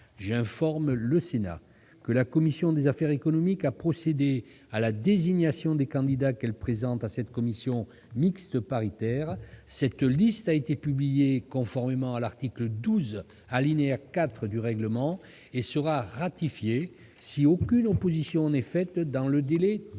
J'informe le Sénat que la commission des affaires économiques a procédé à la désignation des candidats qu'elle présente à cette commission mixte paritaire. Cette liste a été publiée conformément à l'article 12, alinéa 4, du règlement et sera ratifiée si aucune opposition n'est faite dans le délai d'une